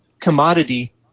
commodity